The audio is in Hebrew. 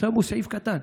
ושמו סעיף קטן: